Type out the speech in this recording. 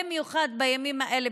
במיוחד בימים האלה,